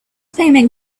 payment